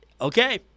Okay